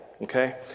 okay